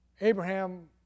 Abraham